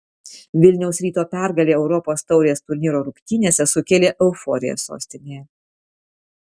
vilniaus ryto pergalė europos taurės turnyro rungtynėse sukėlė euforiją sostinėje